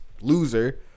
loser